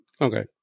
Okay